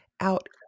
out